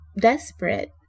desperate